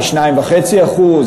ל-2.5%?